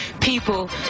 people